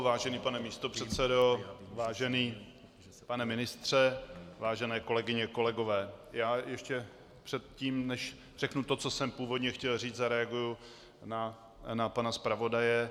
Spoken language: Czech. Vážený pane místopředsedo, vážený pane ministře, vážené kolegyně, kolegové, ještě předtím, než řeknu to, co jsem původně chtěl říci, zareaguji na pana zpravodaje.